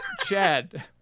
Chad